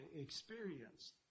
experienced